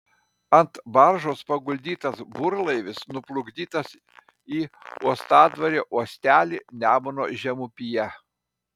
ant baržos paguldytas burlaivis nuplukdytas į uostadvario uostelį nemuno žemupyje